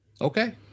Okay